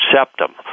septum